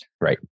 right